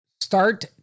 start